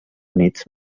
units